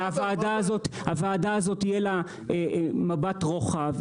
והוועדה הזאת יהיה לה מבט רוחב,